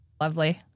Lovely